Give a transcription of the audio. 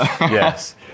yes